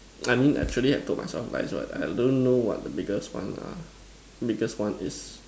I mean naturally I told myself lies one I don't know what the biggest one lah biggest one is